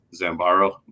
Zambaro